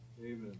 Amen